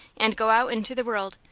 and go out into the world,